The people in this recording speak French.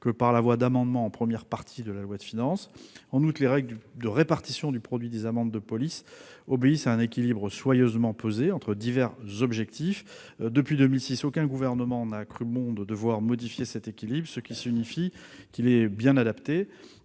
que par la voie d'amendements déposés en première partie de la loi de finances. En outre, les règles de répartition du produit des amendes de police obéissent à un équilibre soigneusement pesé entre divers objectifs. Depuis 2006, aucun gouvernement n'a cru bon de devoir modifier cet équilibre, ce qui signifie qu'il est bien adapté.